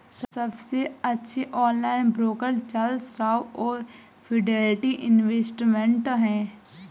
सबसे अच्छे online broker Charles Schwab और फिडेलिटी इन्वेस्टमेंट हैं